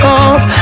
off